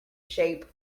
shape